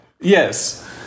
Yes